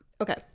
Okay